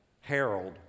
Harold